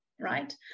Right